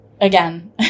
again